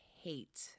hate